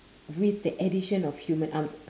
with the addition of human arms